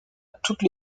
toutes